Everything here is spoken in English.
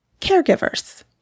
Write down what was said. caregivers